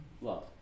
love